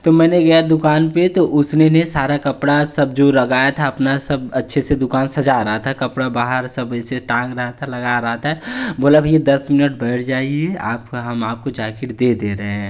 तो मैंने गया दुकान पर तो उसी ने सारा कपड़ा सब जो लगाया था अपना सब अच्छे से दुकान सजा रहा था कपड़ा बाहर सब ऐसे टांग रहा था लगा रहा था बोला भैया दस मिनट बैठ जाइए आपका हम आपको जैकेट दे दे रहे हैं